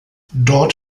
dort